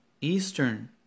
eastern